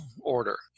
order